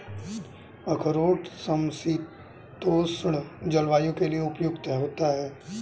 अखरोट समशीतोष्ण जलवायु के लिए उपयुक्त होता है